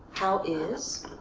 how is